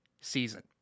season